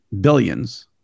billions